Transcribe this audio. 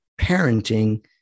Parenting